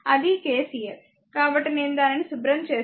అది KCL కాబట్టి నేను దీనిని శుభ్రం చేస్తాను